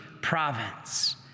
province